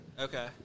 Okay